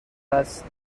است